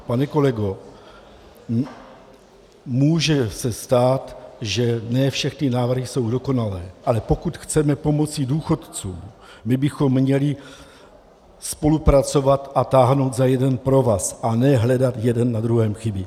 Pane kolego, může se stát, že ne všechny návrhy jsou dokonalé, ale pokud chceme pomoci důchodcům, my bychom měli spolupracovat a táhnout za jeden provaz, a ne hledat jeden na druhém chyby.